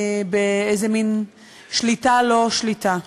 באיזה מין שליטה-לא-שליטה.